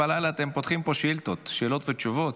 ב-01:30 אתם פותחים פה שאילתות, שאלות ותשובות?